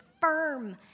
firm